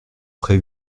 près